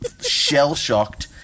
Shell-shocked